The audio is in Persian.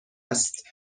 است